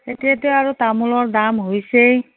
এতিয়াতো আৰু তামোলৰ দাম হৈছেই